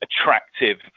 attractive